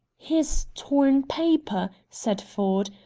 his torn paper! said ford.